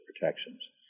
protections